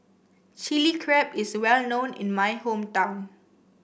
Chilli Crab is well known in my hometown